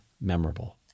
memorable